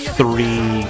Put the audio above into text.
three